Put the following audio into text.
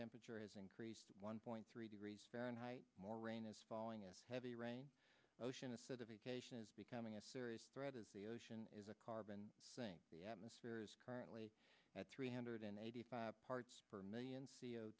temperature has increased one point three degrees fahrenheit more rain is following a heavy rain ocean acidification is becoming a serious threat as the ocean is a carbon sink the atmosphere is currently at three hundred eighty five parts per million c o